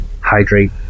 hydrate